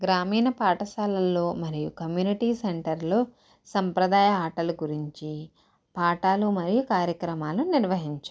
గ్రామీణ పాఠశాలల్లో మరియు కమ్యూనిటీ సెంటర్లో సాంప్రదాయ ఆటల గురించి పాఠాలు మరియు కార్యక్రమాలను నిర్వహించండి